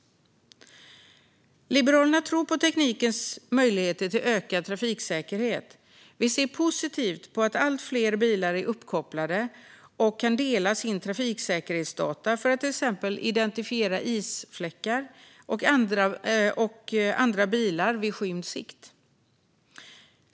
Liberalerna tror på teknikens möjligheter för ökad trafiksäkerhet. Vi ser positivt på att allt fler bilar är uppkopplade och kan dela sina trafiksäkerhetsdata för att till exempel identifiera isfläckar och andra bilar vid skymd sikt.